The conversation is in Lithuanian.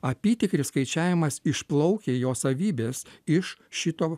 apytikris skaičiavimas išplaukia jo savybės iš šito